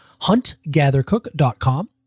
HuntGatherCook.com